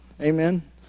amen